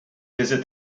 visit